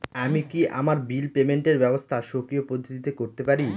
আমি কি আমার বিল পেমেন্টের ব্যবস্থা স্বকীয় পদ্ধতিতে করতে পারি?